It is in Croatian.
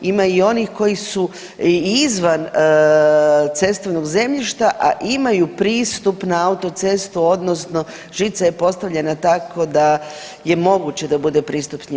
Ima i onih koji su i izvan cestovnog zemljišta, a imaju pristup na autocestu odnosno žica je postavljena tako da je moguće da bude pristup s njim.